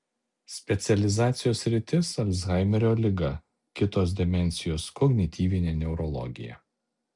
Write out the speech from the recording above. specializacijos sritis alzhaimerio liga kitos demencijos kognityvinė neurologija